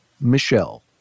Michelle